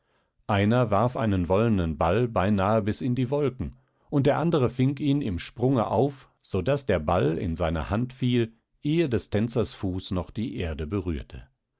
einer warf einen wollenen ball beinahe bis in die wolken und der andere fing ihn im sprunge auf so daß der ball in seine hand fiel ehe des tänzers fuß noch die erde berührte